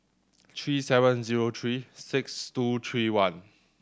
three seven zero three six two three one